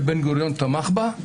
ובן גוריון תמך בה.